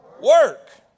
work